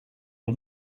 and